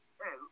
hey